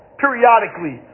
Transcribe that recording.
periodically